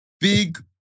big